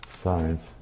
science